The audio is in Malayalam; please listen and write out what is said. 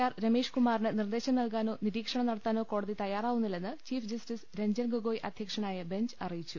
ആർ രമേഷ് കുമാറിന് നിർദേശം നൽകാനോ നിരീക്ഷണം നടത്താനോ കോടതി തയ്യാറാവുന്നില്ലെന്ന് ചീഫ് ജസ്റ്റിസ് രഞ്ജൻ ഗൊഗോയ് അധ്യക്ഷനായ ബെഞ്ച് അറിയിച്ചു